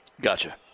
Gotcha